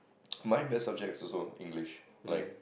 my best subject is also English like